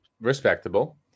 Respectable